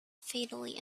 fatally